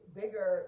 bigger